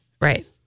Right